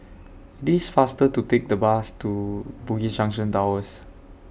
IT IS faster to Take The Bus to Bugis Junction Towers